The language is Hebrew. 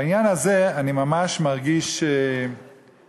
בעניין הזה אני ממש מרגיש נבוך.